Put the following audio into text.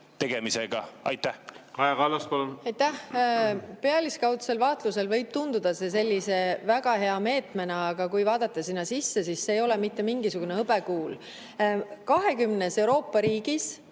tõusmas. Aitäh! Pealiskaudsel vaatlusel võib see tunduda väga hea meetmena, aga kui vaadata sinna sisse, siis see ei ole mitte mingisugune hõbekuul. 20 Euroopa riigis